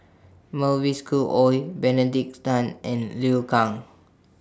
Mavis Khoo Oei Benedict Tan and Liu Kang